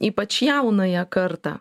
ypač jaunąją kartą